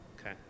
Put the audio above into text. okay